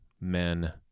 Men